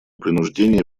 принуждения